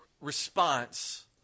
response